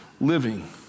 living